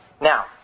Now